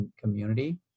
community